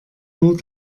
nur